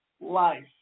life